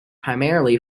primarily